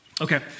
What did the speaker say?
Okay